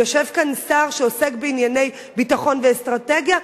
יושב כאן שר שעוסק בענייני ביטחון ואסטרטגיה,